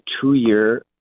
two-year